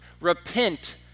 Repent